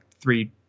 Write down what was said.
three